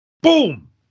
Boom